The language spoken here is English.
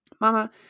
Mama